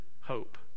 hope